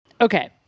Okay